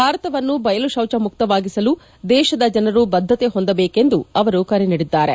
ಭಾರತವನ್ನು ಬಯಲು ಶೌಚ ಮುಕ್ತವಾಗಿಸಲು ದೇಶದ ಜನರು ಬದ್ದತೆ ಹೊಂದಬೇಕು ಎಂದು ಅವರು ಕರೆ ನೀಡಿದ್ದಾರೆ